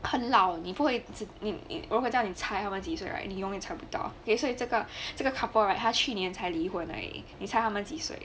很老你不会知你你我会叫你猜他们几岁 right 你永远猜不到 ok 所以这个这个 couple right 他去年才离婚而已你猜他们几岁